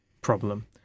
problem